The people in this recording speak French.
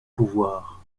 pouvoirs